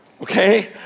Okay